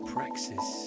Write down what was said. Praxis